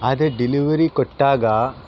ಆದರೆ ಡೆಲಿವರಿ ಕೊಟ್ಟಾಗ